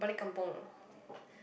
kampung